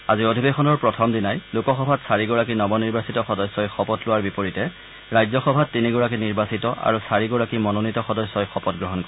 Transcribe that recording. আজি অধিৱেশনৰ প্ৰথম দিনাই লোকসভাত চাৰিগৰাকী নৱ নিৰ্বাচিত সদস্যই শপত লোৱাৰ বিপৰীতে ৰাজ্যসভাত তিনিগৰাকী নিৰ্বাচিত আৰু চাৰিগৰাকী মনোনীত সদস্যই শপতগ্ৰহণ কৰে